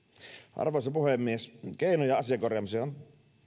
arvoisa puhemies keinoja asian korjaamiseen on